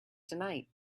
tonight